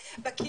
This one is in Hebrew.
בקהילות,